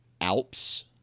ALPS